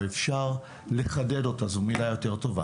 או אפשר לחדד אותה זאת מילה יותר טובה